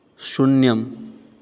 शून्यम्